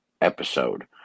episode